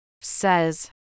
says